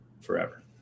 forever